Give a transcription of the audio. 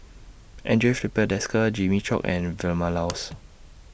Andre Filipe Desker Jimmy Chok and Vilma Laus